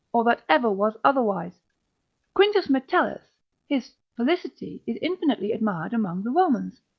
or that ever was otherwise quintus metellus his felicity is infinitely admired amongst the romans,